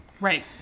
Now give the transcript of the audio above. Right